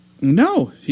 No